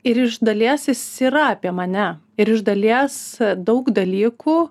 ir iš dalies jis yra apie mane ir iš dalies daug dalykų